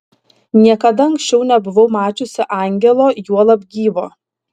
niekada anksčiau nebuvau mačiusi angelo juolab gyvo